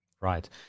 Right